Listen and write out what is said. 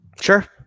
sure